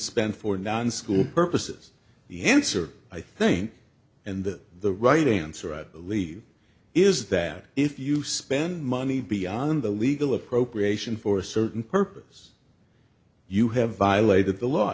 spent for non school purposes the answer i think and the right answer i believe is that if you spend money beyond the legal appropriation for a certain purpose you have violated the law